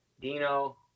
Dino